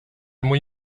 muy